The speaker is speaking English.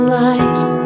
life